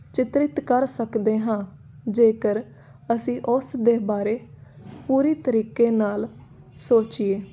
ਚਿਤਰਿਤ ਕਰ ਸਕਦੇ ਹਾਂ ਜੇਕਰ ਅਸੀਂ ਉਸ ਦੇ ਬਾਰੇ ਪੂਰੀ ਤਰੀਕੇ ਨਾਲ ਸੋਚੀਏ